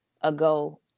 ago